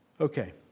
Okay